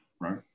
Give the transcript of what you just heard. Right